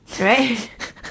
Right